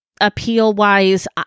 appeal-wise